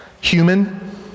human